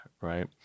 right